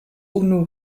unu